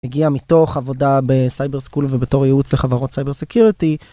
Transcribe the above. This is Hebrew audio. הגיע מתוך עבודה בסייבר סקול ובתור ייעוץ לחברות סייבר סקירטי.